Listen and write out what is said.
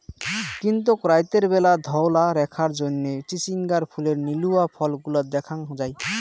কিন্তুক রাইতের ব্যালা ধওলা রেখার জইন্যে চিচিঙ্গার ফুলের নীলুয়া ফলগুলা দ্যাখ্যাং যাই